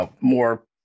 more